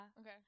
Okay